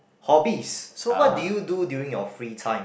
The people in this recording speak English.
hobbies so what do you do during your free time